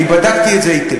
אני בדקתי את זה היטב,